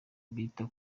bita